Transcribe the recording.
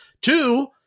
Two